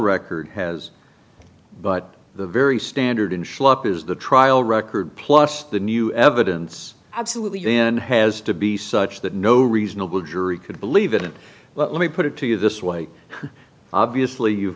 record has but the very standard in schlep is the trial record plus the new evidence absolutely then has to be such that no reasonable jury could believe in it let me put it to you this way obviously you've